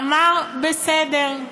אמר: בסדר.